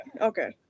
okay